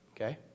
Okay